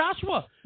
Joshua